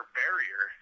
barrier